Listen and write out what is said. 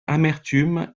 amertume